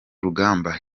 rugamba